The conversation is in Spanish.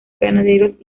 ganaderos